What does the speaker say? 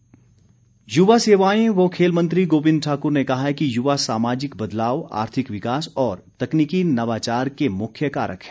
गोबिंद ठाकुर युवा सेवाएं व खेल मंत्री गोबिंद ठाकुर ने कहा है कि युवा सामाजिक बदलाव आर्थिक विकास और तकनीकी नवाचार के मुख्य कारक हैं